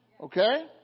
Okay